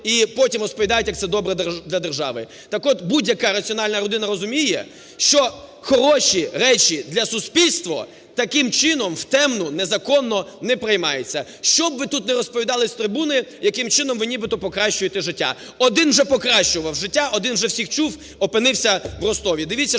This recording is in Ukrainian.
І потім, розповідають як це добре для держави. Так от, будь-яка раціональна людина розуміє, що хороші речі для суспільства таким чином, в темну, незаконно не приймаються. Що б ви тут не розповідали з трибуни, яким чином ви нібито покращуєте життя. Один вже покращував життя, один вже всіх чув - опинився в Ростові.